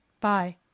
Bye